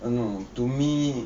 oh no to me